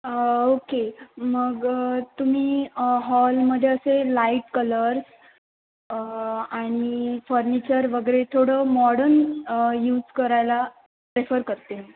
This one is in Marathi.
ओके मग तुम्ही हॉलमध्ये असे लाईट कलर्स आणि फर्निचर वगैरे थोडं मॉडर्न यूज करायला प्रेफर करते